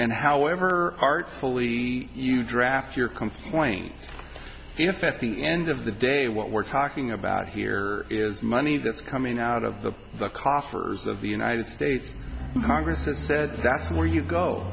and however artfully you draft your complaint if at the end of the day what we're talking about here is money that's coming out of the coffers of the united states congress and says that's where you go